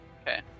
Okay